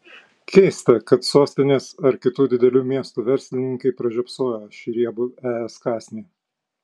keista kad sostinės ar kitų didelių miestų verslininkai pražiopsojo šį riebų es kąsnį